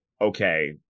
okay